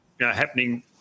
happening